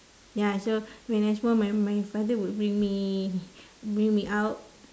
ya so when I small my my father would bring me bring me out